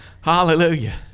hallelujah